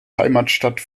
heimatstadt